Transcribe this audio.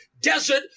desert